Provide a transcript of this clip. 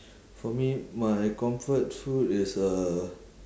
for me my comfort food is uh